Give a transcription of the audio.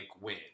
win